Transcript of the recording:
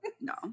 no